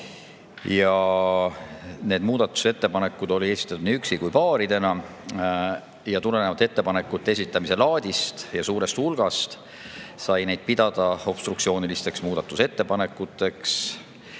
Need muudatusettepanekud olid esitatud nii üksi kui paaridena ja tulenevalt ettepanekute esitamise laadist ja suurest hulgast sai neid pidada obstruktsioonilisteks muudatusettepanekuteks.